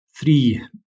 three